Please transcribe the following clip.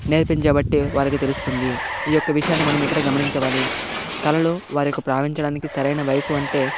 నేర్పించబట్టి వారికి తెలుస్తుంది ఈ యొక్క విషయాన్ని మనం ఇక్కడే గమనించాలి కళల్లో వారి యొక్క ప్రావించడానికి సరైన వయసు అంటే